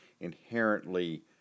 inherently